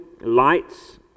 lights